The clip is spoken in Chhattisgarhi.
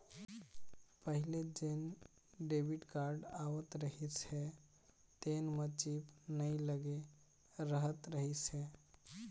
पहिली जेन डेबिट कारड आवत रहिस हे तेन म चिप नइ लगे रहत रहिस हे